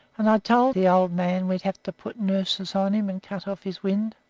and i told the old man we'd have to put nooses on him and cut off his wind.